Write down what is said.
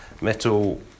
metal